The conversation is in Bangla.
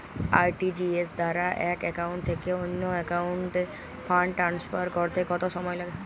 আর.টি.জি.এস দ্বারা এক একাউন্ট থেকে অন্য একাউন্টে ফান্ড ট্রান্সফার করতে কত সময় লাগে?